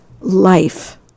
life